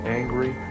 angry